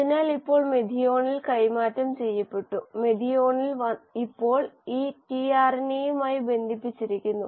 അതിനാൽ ഇപ്പോൾ മെഥിയോണിൻ കൈമാറ്റം ചെയ്യപ്പെട്ടു മെഥിയോണിൻ ഇപ്പോൾ ഈ ടിആർഎൻഎയുമായി ബന്ധിപ്പിച്ചിരിക്കുന്നു